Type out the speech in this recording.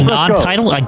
non-title